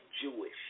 Jewish